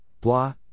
blah